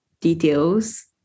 details